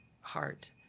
heart